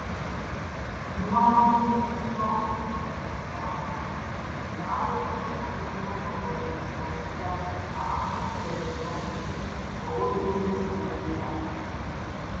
nuomonę iki šiol yra išsakęs tik didžiausio šalyje komercinio seb banko prezidentas audrius žiugžda